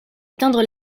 éteindre